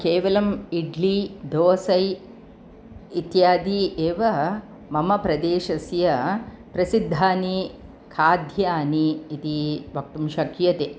केवलम् इड्लि धोसै इत्यादि एव मम प्रदेशस्य प्रसिद्धानि खाद्यानि इति वक्तुं शक्यते